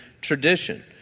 tradition